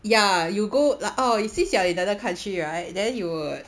ya you go like oh you since you are in another country right then you will